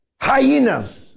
hyenas